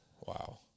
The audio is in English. Wow